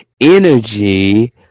energy